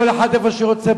כל אחד בונה איפה שרוצה.